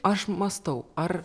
aš mąstau ar